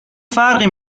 فرقی